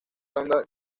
redonda